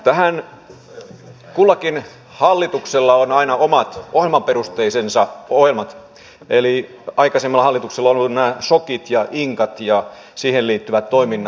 tähän kullakin hallituksella on aina omat ohjelmansa eli aikaisemmilla hallituksilla ovat olleet nämä shokit ja inkat ja niihin liittyvät toiminnat